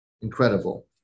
Incredible